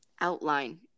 outline